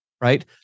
right